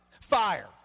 Fire